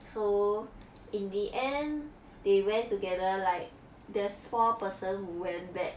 so in the end they went together like there's four person who went back